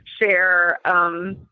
share